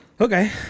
Okay